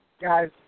guys